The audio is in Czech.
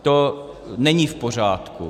To není v pořádku.